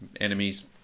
enemies